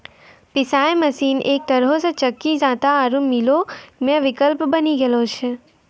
पिशाय मशीन एक तरहो से चक्की जांता आरु मीलो के विकल्प बनी गेलो छै